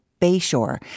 Bayshore